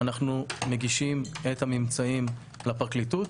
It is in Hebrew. אנחנו מגישים את הממצאים לפרקליטות